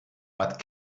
but